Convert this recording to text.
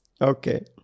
okay